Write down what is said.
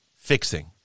fixing